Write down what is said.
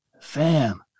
fam